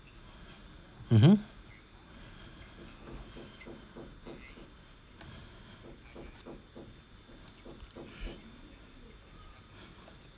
mmhmm